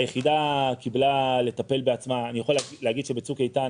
היחידה קיבלה לטפל בעצמה אני יכול להגיד שבצוק איתן,